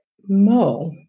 Mo